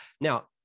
now